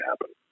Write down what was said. happen